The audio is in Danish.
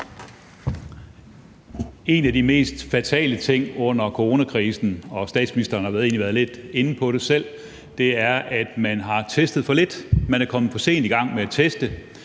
En af de mest fatale ting under coronakrisen – og statsministeren har egentlig selv været lidt inde på det – er, at man har testet for lidt. Man er kommet for sent i gang med at teste,